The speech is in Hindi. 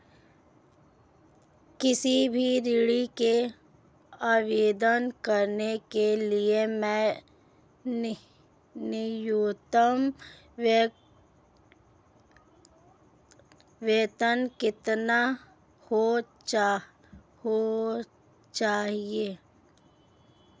किसी भी ऋण के आवेदन करने के लिए मेरा न्यूनतम वेतन कितना होना चाहिए?